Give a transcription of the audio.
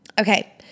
Okay